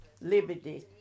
Liberty